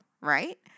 right